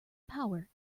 power